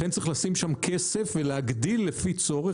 לכן צריך לשים שם כסף ולהגדיל לפי צורך.